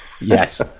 yes